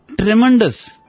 tremendous